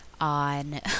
on